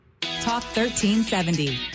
Talk1370